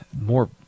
more